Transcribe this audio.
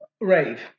Rave